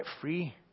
free